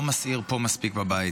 לא מסעיר פה מספיק בבית,